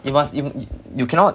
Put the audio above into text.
you must you cannot